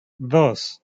dos